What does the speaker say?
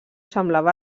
semblava